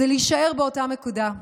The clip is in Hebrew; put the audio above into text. זה להישאר באותה נקודה,